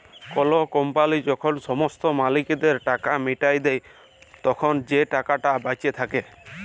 call company যখল সমস্ত মালিকদের টাকা মিটাঁয় দেই, তখল যে টাকাট বাঁচে থ্যাকে